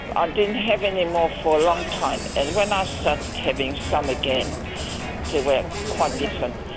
um didn't have any more for a long time, and when i started having some again they were quite different,